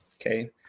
okay